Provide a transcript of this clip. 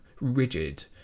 rigid